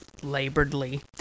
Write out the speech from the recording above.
laboredly